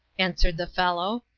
answered the fellow.